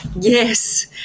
Yes